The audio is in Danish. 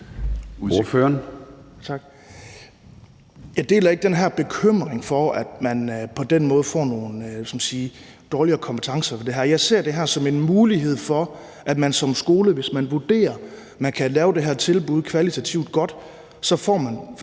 Jeg deler ikke den her bekymring for, at man på den måde får nogle dårligere kompetencer ved det her. Jeg ser det her som en mulighed for en skole, hvis man vurderer, at man kan lave det her tilbud kvalitativt godt; så får man